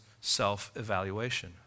self-evaluation